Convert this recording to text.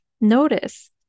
notice